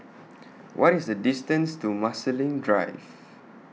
What IS The distance to Marsiling Drive